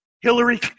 Hillary